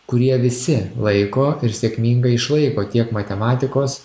kurie visi laiko ir sėkmingai išlaiko tiek matematikos